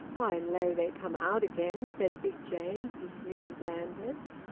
i lay they come out again, said big james, with grim blandness.